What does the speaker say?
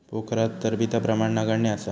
पोखरात चरबीचा प्रमाण नगण्य असा